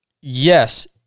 yes